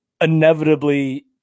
inevitably